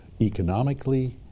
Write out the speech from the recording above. economically